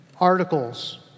articles